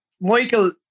Michael